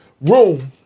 room